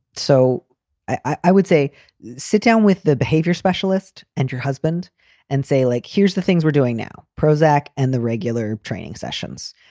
so i would say sit down with the behavior specialist and your husband and say, like, here's the things we're doing now. prozac and the regular training sessions.